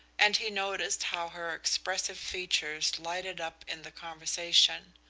and he noticed how her expressive features lighted up in the conversation.